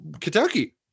Kentucky